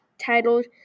titled